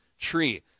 tree